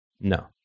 No